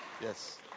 Yes